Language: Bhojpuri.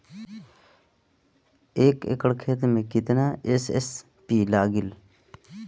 एक एकड़ खेत मे कितना एस.एस.पी लागिल?